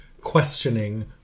questioning